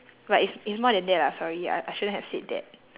but it's it's more than that lah sorry I I shouldn't have said that